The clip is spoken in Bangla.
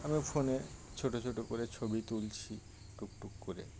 আমি ফোনে ছোটো ছোটো করে ছবি তুলছি টুকটুক করে